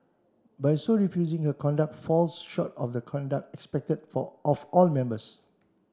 by so refusing her conduct falls short of the conduct expected for of all members